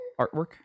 artwork